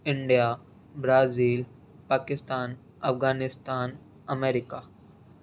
India Brazil Pakistan Afghanistan America